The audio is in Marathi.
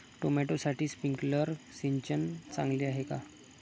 टोमॅटोसाठी स्प्रिंकलर सिंचन चांगले आहे का?